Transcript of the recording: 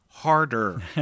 harder